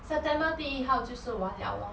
september 第一号就是完了 lor